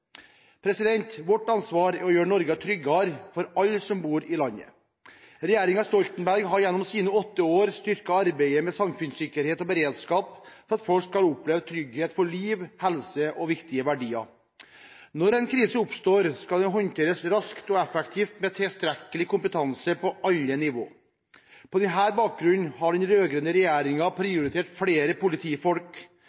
Vårt ansvar er å gjøre Norge tryggere for alle som bor i landet. Regjeringen Stoltenberg har gjennom sine åtte år styrket arbeidet med samfunnssikkerhet og beredskap for at folk skal oppleve trygghet for liv, helse og viktige verdier. Når en krise oppstår, skal den håndteres raskt og effektivt med tilstrekkelig kompetanse på alle nivåer. På denne bakgrunn har den